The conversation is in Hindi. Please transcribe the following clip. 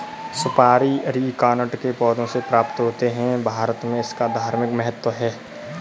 सुपारी अरीकानट के पौधों से प्राप्त होते हैं भारत में इसका धार्मिक महत्व है